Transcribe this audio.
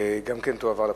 אף היא תועבר לפרוטוקול.